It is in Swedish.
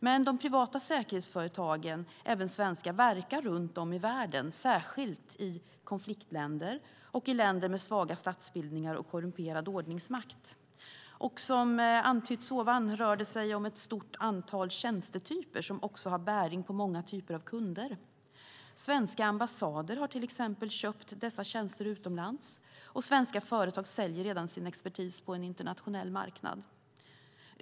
Men de privata säkerhetsföretagen, även svenska, verkar runt om i världen, särskilt i konfliktländer och i länder med svaga statsbildningar och korrumperad ordningsmakt. Som antytts tidigare rör det sig om ett stort antal tjänstetyper som också har bäring på många typer av kunder. Svenska ambassader har till exempel köpt dessa tjänster utomlands, och svenska företag säljer redan sin expertis på en internationell marknad.